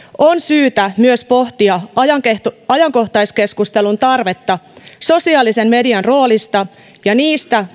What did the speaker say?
on syytä pohtia myös ajankohtaiskeskustelun tarvetta sosiaalisen median roolista ja niistä